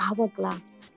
Hourglass